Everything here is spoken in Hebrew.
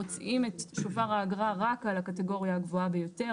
מוציאים את שובר האגרה רק על הקטגוריה הגבוהה ביותר.